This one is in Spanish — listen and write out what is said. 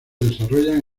desarrollan